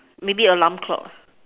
maybe alarm clock